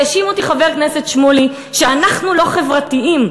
האשים אותי חבר הכנסת שמולי שאנחנו לא חברתיים.